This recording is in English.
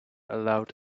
allowed